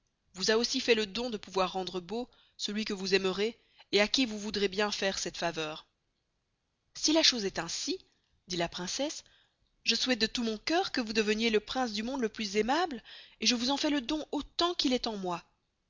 vous a aussi fait le don de pouvoir rendre beau celuy que vous aimerez et à qui vous voudrez bien faire cette faveur si la chose est ainsi dit la princesse je souhaite de tout mon cœur que vous deveniez le prince du monde le plus beau et le plus aimable et je vous en fais le don autant qu'il est en moy